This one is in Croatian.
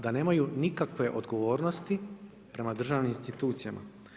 Da nemaju nikakve odgovornosti prema državnim institucijama.